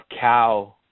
cow